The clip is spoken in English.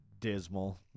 Dismal